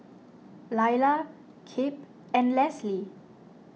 Lailah Kip and Lesli